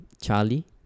Charlie